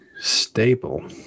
stable